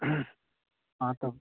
अहाँसब